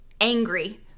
angry